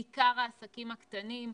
בעיקר העסקים הקטנים.